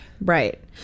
Right